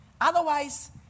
Otherwise